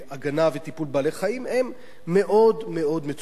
וטיפול בבעלי-החיים הם מאוד מאוד מצומצמים.